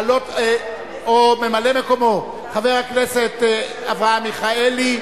או ממלא-מקומו חבר הכנסת אברהם מיכאלי,